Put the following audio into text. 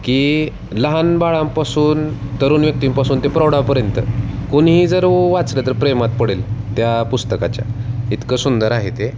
की लहान बाळांपासून तरुण व्यक्तींपासून ते प्रौढांपर्यंत कोणीही जर वाचलं तर प्रेमात पडेल त्या पुस्तकाच्या इतकं सुंदर आहे ते